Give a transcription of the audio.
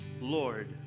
Lord